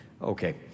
Okay